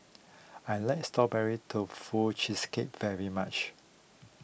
I like Strawberry Tofu Cheesecake very much